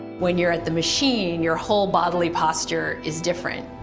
when you're at the machine, your whole bodily posture is different.